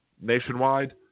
nationwide